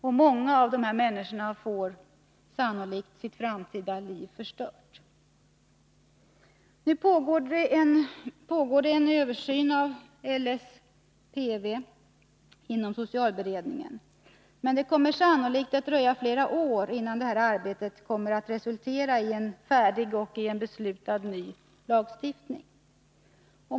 Många av dem får sannolikt sitt framtida liv förstört. En översyn av LSPV pågår inom socialberedningen, men sannolikt kommer det att dröja flera år innan dessa arbeten kommer att resultera i en färdig och beslutad ny lagstiftning.